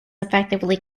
effectively